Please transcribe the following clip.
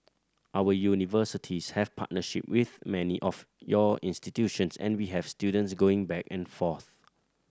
our universities have partnership with many of your institutions and we have students going back and forth